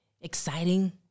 exciting